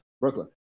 Brooklyn